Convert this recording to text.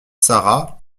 sara